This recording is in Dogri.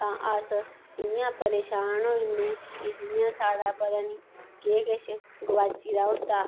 तां अस इयां परेशान होई जन्ने कि जियां साढ़ा पता नी केह् किश गोआची दा होंदा